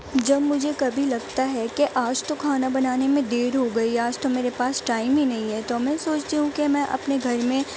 جب مجھے کبھی لگتا ہے کہ آج تو کھانا بنانے میں دیر ہو گئی آج تو میرے پاس ٹائم ہی نہیں ہے تو میں سوچتی ہوں کہ میں اپنے گھر میں